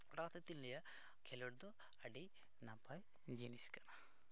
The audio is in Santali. ᱱᱚᱣᱟ ᱦᱚᱛᱮ ᱛᱮᱧ ᱞᱟᱹᱭᱟ ᱠᱷᱮᱞᱳᱰ ᱫᱚ ᱟᱹᱰᱤ ᱱᱟᱯᱟᱭ ᱡᱤᱱᱤᱥ ᱠᱟᱱᱟ